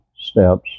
steps